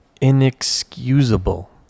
inexcusable